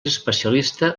especialista